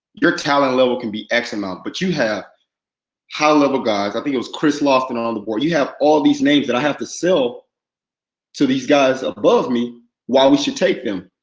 your talent level can be x amount, but you have high level guys, i think it was chris lofton on the board. you have all these names that i have to sell to these guys above me why we should take them.